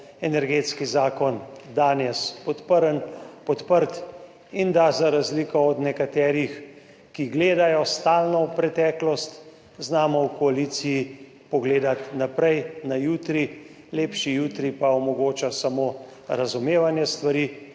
Energetski zakon danes podprt in da za razliko od nekaterih, ki gledajo stalno v preteklost, znamo v koaliciji pogledati naprej, na jutri. Lepši jutri pa omogočajo samo razumevanje stvari,